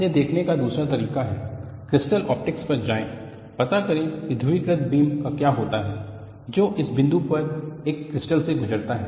इसे देखने का दूसरा तरीका है क्रिस्टल ऑप्टिक्स पर जाएं पता करें कि ध्रुवीकृत बीम का क्या होता है जो उस बिंदु पर एक क्रिस्टल से गुजरता है